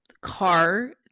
car